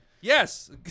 Yes